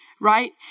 Right